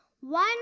One